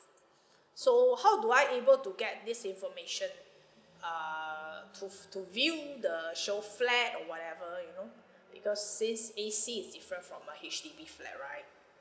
so how do I able to get this information err to to view the show flat or whatever you know because since E_C is different from a H_D_B flat right